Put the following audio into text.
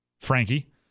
Frankie